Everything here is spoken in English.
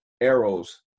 arrows